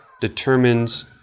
determines